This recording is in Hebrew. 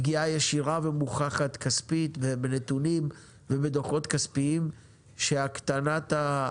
פגיעה ישירה ומוכחת כספית בנתונים ובדוחות כספיים שעצירת